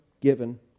given